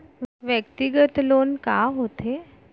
व्यक्तिगत लोन का होथे?